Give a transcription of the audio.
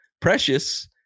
precious